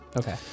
Okay